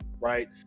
right